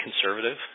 conservative